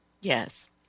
Yes